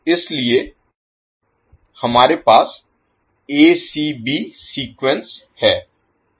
इसलिए हमारे पास एसीबी सीक्वेंस है